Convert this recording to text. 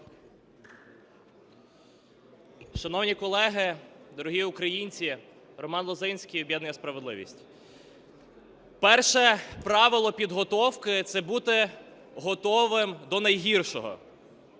Шановні колеги, дорогі українці! Роман Лозинський, об'єднання "Справедливість". Перше правило підготовки – це бути готовим до найгіршого.